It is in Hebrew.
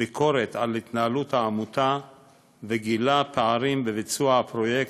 ביקורת על התנהלות העמותה וגילה פערים בביצוע הפרויקט,